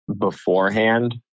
beforehand